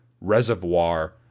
reservoir